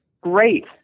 great